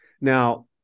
Now